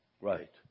Right